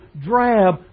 drab